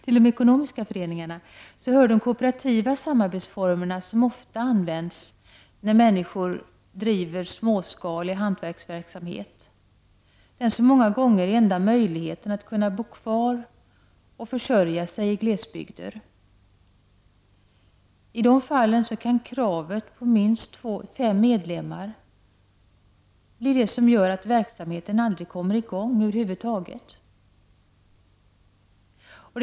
Till de ekonomiska föreningarna hör de kooperativa samarbetsformer som ofta används när människor driver småskalig hantverksverksamhet. Den är många gånger enda möjligheten att kunna bo kvar och försörja sig i glesbygd. I de fallen kan kravet på minst fem medlemmar i ekonomisk förening bli den faktor som gör att verksamheten över huvud taget aldrig kommer i gång.